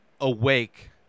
awake